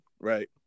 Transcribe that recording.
Right